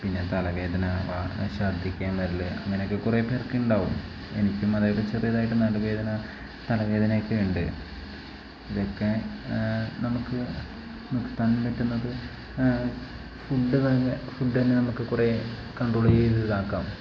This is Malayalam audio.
പിന്നെ തലവേദന ശർദ്ദിക്കാൻ വരൽ അങ്ങനെയൊക്കെ കുറേ പേർക്ക് ഉണ്ടാവും എനിക്കും അതായത് ചെറിയതായിട്ട് നടു വേദന തലവേദനയൊക്കെ ഉണ്ട് ഇതൊക്കെ നമുക്ക് നിർത്താൻ പറ്റുന്നത് ഫുഡ് തന്നെ ഫുഡ് തന്നെ നമുക്ക് കുറേ കണ്ട്രോൾ ചെയ്തു ഇതാക്കാം